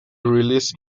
release